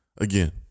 again